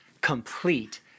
complete